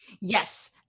yes